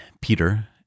Peter